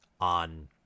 on